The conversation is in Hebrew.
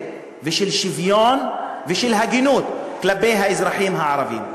ושל שוויון ושל הגינות כלפי האזרחים הערבים.